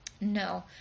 No